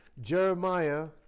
Jeremiah